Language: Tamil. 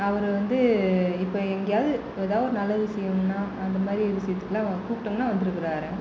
அவர் வந்து இப்போ எங்கேயாவது எதாது ஒரு நல்ல விஷயம்னா அந்தமாதிரி விஷயத்துக்குலாம் கூப்ட்டோம்னால் வந்திருக்குறாரு